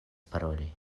paroli